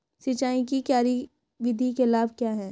सिंचाई की क्यारी विधि के लाभ क्या हैं?